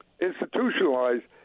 institutionalized